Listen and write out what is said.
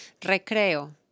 Recreo